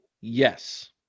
yes